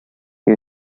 you